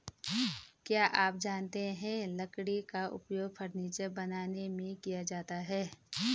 क्या आप जानते है लकड़ी का उपयोग फर्नीचर बनाने में किया जाता है?